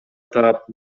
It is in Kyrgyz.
таап